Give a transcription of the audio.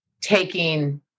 taking